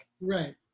Right